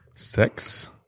Sex